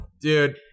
dude